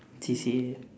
C_C_A